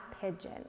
pigeon